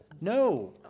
No